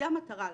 זו המטרה,